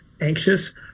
anxious